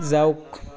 যাওক